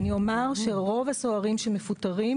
אני אומר שרוב הסוהרים שמפוטרים,